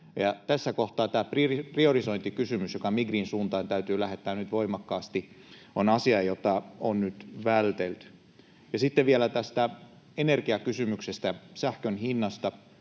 tässä kohtaa tämä priorisointikysymys, joka Migrin suuntaan täytyy lähettää nyt voimakkaasti, on asia, jota on nyt vältelty. Ja sitten vielä tästä energiakysymyksestä, sähkön hinnasta.